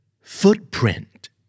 Footprint